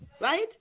right